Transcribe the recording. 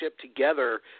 together